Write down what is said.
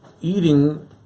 eating